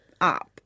up